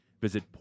Visit